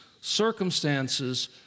Circumstances